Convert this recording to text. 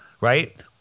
right